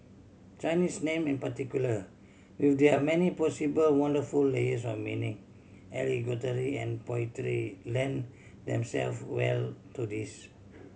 Chinese name in particular with their many possible wonderful layers of meaning and poetry lend themself well to this